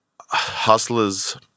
hustlers